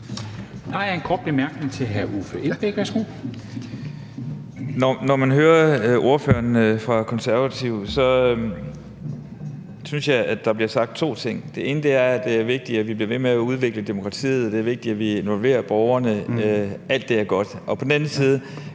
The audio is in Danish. Når man hører ordføreren fra Konservative, synes jeg, at der bliver sagt to ting. Det ene er, at det er vigtigt, at vi bliver ved med at udvikle demokratiet; det er vigtigt, at vi involverer borgerne; alt det er godt.